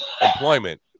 employment